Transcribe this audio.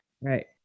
Right